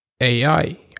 AI